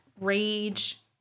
rage